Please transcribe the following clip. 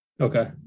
Okay